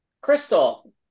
Crystal